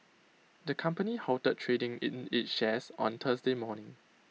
the company halted trading in its shares on Thursday morning